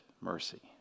mercy